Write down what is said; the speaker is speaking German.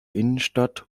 innenstadt